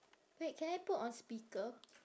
wait can I put on speaker